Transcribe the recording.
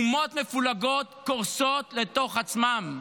אומות מפולגות קורסות לתוך עצמן.